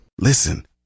Listen